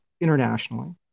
internationally